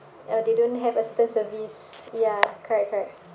uh they don't have a certain service ya correct correct